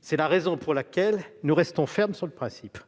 C'est la raison pour laquelle nous restons fermes sur le principe